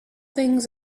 things